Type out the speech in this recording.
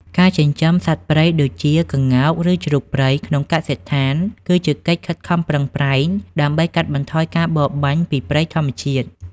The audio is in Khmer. ការចិញ្ចឹមសត្វព្រៃដូចជា ក្ងោក ឬជ្រូកព្រៃ ក្នុងកសិដ្ឋាន គឺជាកិច្ចខិតខំប្រឹងប្រែងដើម្បីកាត់បន្ថយការបរបាញ់ពីព្រៃធម្មជាតិ។